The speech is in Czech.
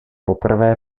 poprvé